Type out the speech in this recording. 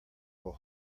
will